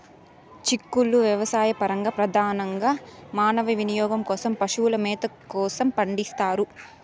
చిక్కుళ్ళు వ్యవసాయపరంగా, ప్రధానంగా మానవ వినియోగం కోసం, పశువుల మేత కోసం పండిస్తారు